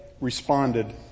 responded